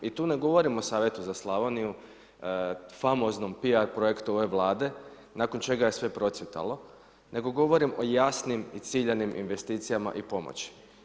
I tu ne govorim o savjetu za Slavoniju, famoznom P.R. projektu ove Vlade, nakon čega je sve procvjetalo nego govorim o jasnim i ciljanim investicijama i pomoći.